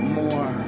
more